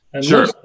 Sure